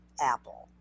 Apple